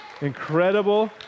incredible